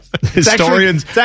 Historians